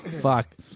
Fuck